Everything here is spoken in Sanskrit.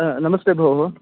नमस्ते भोः